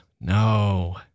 No